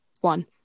One